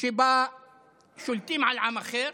שבה שולטים על עם אחר.